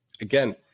again